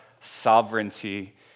sovereignty